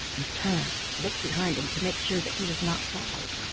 and turn to look behind him to make sure that he was not followed.